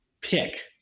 pick